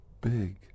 big